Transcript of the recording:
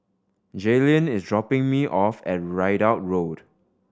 Jaylen is dropping me off at Ridout Road